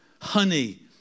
honey